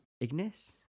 Ignis